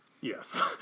Yes